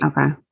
Okay